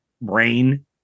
brain